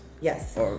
Yes